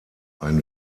ein